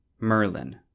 Merlin